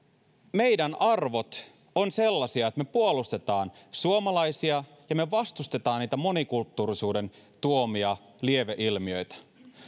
meidän arvot ovat sellaisia että me puolustamme suomalaisia ja me vastustamme monikulttuurisuuden tuomia lieveilmiöitä